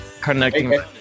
Connecting